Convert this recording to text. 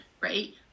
right